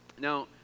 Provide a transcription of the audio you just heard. Now